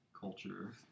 culture